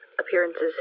appearances